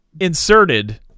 inserted